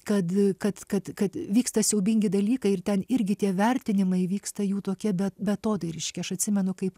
kad kad kad kad vyksta siaubingi dalykai ir ten irgi tie vertinimai vyksta jų tokie be beatodariški aš atsimenu kaip